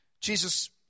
Jesus